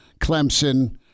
Clemson